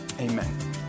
Amen